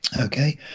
Okay